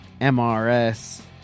MRS